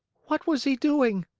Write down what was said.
what was he doing?